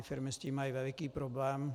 Firmy s tím mají veliký problém.